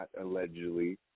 allegedly